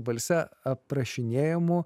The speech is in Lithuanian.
balse aprašinėjamu